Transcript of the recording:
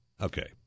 Okay